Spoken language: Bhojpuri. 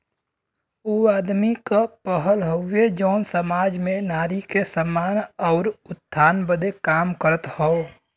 ऊ आदमी क पहल हउवे जौन सामाज में नारी के सम्मान आउर उत्थान बदे काम करत हौ